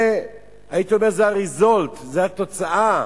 הייתי אומר, זה ה-result, זו התוצאה,